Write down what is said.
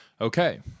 Okay